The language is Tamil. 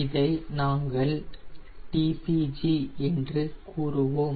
இதை நாங்கள் டிபிஜி என்று கூறுவோம்